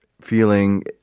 feeling